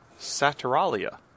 Saturalia